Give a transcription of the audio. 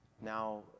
Now